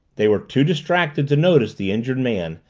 they were too distracted to notice the injured man,